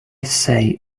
say